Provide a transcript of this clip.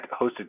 hosted